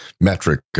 metric